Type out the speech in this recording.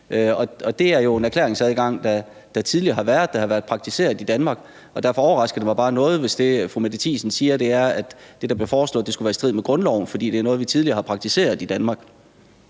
det er jo en erklæringsadgang, som tidligere har været praktiseret i Danmark, og derfor overrasker det mig bare noget, hvis det, som fru Mette Thiesen siger, er, at det, der blev foreslået, skulle være i strid med grundloven, for det er noget, vi tidligere har praktiseret i Danmark.